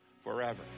forever